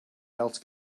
else